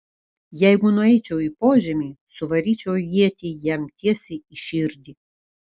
jeigu nueičiau į požemį suvaryčiau ietį jam tiesiai į širdį